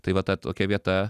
tai va ta tokia vieta